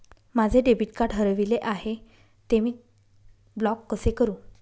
माझे debit card हरविले आहे, ते मी ब्लॉक कसे करु?